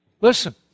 Listen